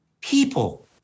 people